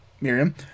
Miriam